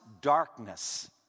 darkness